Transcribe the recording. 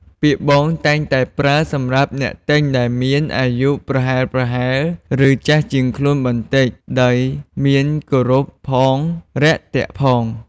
ពាក្យ “បង” តែងតែប្រើសម្រាប់អ្នកទិញដែលមានអាយុប្រហែលៗ ឬចាស់ជាងខ្លួនបន្តិច ដោយមានគោរពផង រាក់ទាក់ផង។